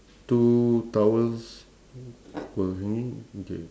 two towels were hanging okay